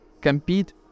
compete